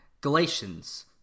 Galatians